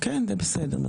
זה בסדר.